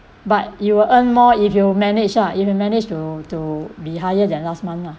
but you will earn more if you manage lah if you managed to to be higher than last month lah